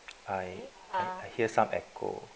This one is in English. I I hear some echo